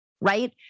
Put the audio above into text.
right